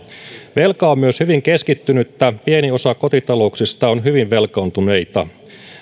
velka on myös hyvin keskittynyttä pieni osa kotitalouksista on hyvin velkaantuneita